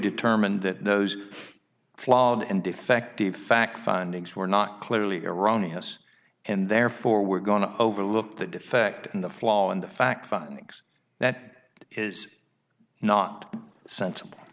determined that those flawed and defective fact findings were not clearly erroneous and therefore we're going to overlook the defect in the flaw in the fact findings that it is not sen